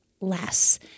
less